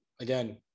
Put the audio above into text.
again